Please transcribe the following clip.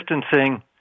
distancing